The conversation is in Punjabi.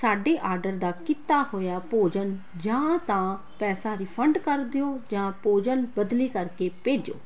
ਸਾਡੇ ਆਡਰ ਦਾ ਕੀਤਾ ਹੋਇਆ ਭੋਜਨ ਜਾਂ ਤਾਂ ਪੈਸਾ ਰਿਫੰਡ ਕਰ ਦਿਓ ਜਾਂ ਭੋਜਨ ਬਦਲੀ ਕਰਕੇ ਭੇਜੋ